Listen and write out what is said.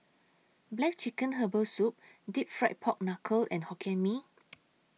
Black Chicken Herbal Soup Deep Fried Pork Knuckle and Hokkien Mee